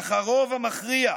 אך הרוב המכריע,